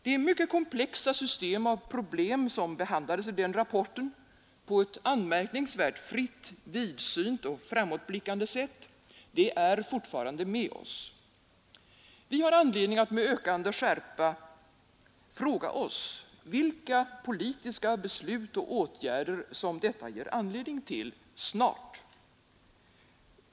Det mycket komplexa system av problem som behandlades i den rapporten på ett anmärkningsvärt fritt, vidsynt och framåtblickande sätt är fortfarande med oss. Vi har anledning att med ökande skärpa fråga oss vilka politiska beslut och åtgärder det ger anledning till, snart.